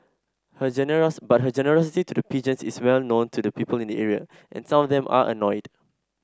her generous but her generosity to the pigeons is well known to people in the area and some of them are annoyed